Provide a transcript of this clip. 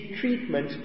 treatment